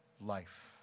life